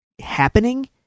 happening